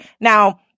Now